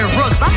rooks